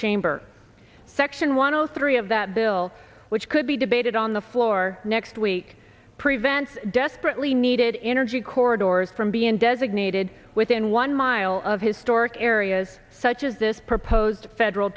chamber section one o three of that bill which could be debated on the floor next week prevents desperately needed energy corridors from being designated within one mile of historic areas such as this proposed federal